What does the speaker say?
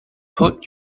put